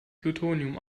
plutonium